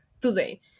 today